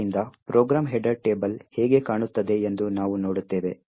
ಆದ್ದರಿಂದ program header table ಹೇಗೆ ಕಾಣುತ್ತದೆ ಎಂದು ನಾವು ನೋಡುತ್ತೇವೆ